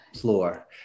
floor